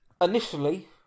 initially